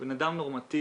בן אדם נורמטיבי,